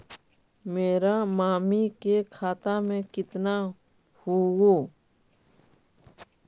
मेरा मामी के खाता में कितना हूउ?